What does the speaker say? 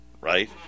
right